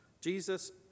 Jesus